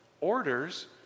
orders